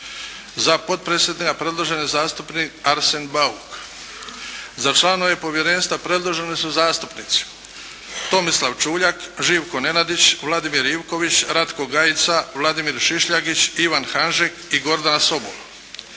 Za potpredsjednika predložen je zastupnik Arsen Bauk. Za članove Povjerenstva predloženi su zastupnici: Tomislav Čuljak, Živko Nenadić, Vladimir Ivković, Ratko Gajica, Vladimir Šišljagić, Ivan Hanžek i Gordana Sobol.